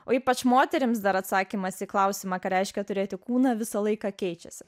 o ypač moterims dar atsakymas į klausimą ką reiškia turėti kūną visą laiką keičiasi